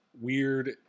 weird